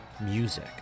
Music